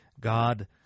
God